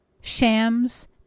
shams